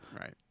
right